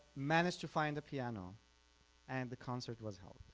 managed to find the piano and the concert was held.